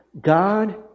God